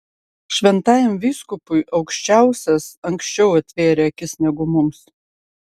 šventajam vyskupui aukščiausias anksčiau atvėrė akis negu mums